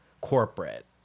corporate